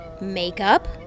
Makeup